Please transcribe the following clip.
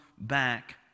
back